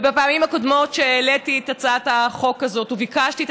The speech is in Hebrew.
בפעמים הקודמות שהעליתי את הצעת החוק הזאת וביקשתי את